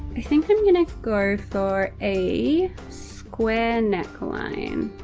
i think i'm gonna go for a square neck line.